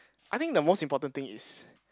I think the most important thing is